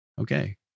okay